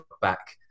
back